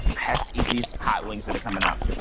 has to eat these hot wings that are comin' out.